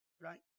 right